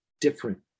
different